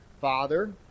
Father